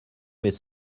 mais